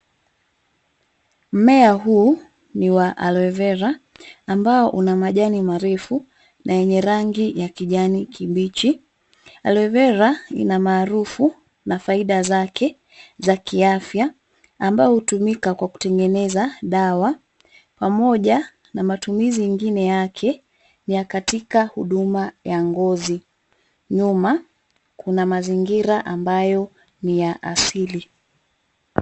Mmea huu ni wa cs[aloe vera]cs ambao una majani marefu na yenye rangi ya kijani kibichi. cs[Aloe vera]cs ina maarufu na faida zake za kiafya ambao hutumika kwa kutengeneza dawa pamoja na matumizi ingine yake ya katika huduma ya ngozi. Nyuma kuna mazingira ambayo ni ya asili.